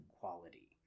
quality